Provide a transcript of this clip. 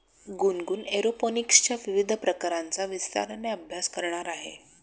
गुनगुन एरोपोनिक्सच्या विविध प्रकारांचा विस्ताराने अभ्यास करणार आहे